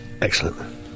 Excellent